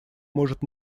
может